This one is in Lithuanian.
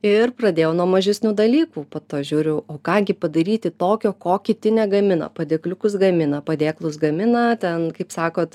ir pradėjau nuo mažesnių dalykų po to žiūriu o ką gi padaryti tokio ko kiti negamina padėkliukus gamina padėklus gamina ten kaip sakot